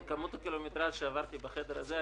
מכמות הקילומטראז' שעברתי בחדר הזה,